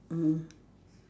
mm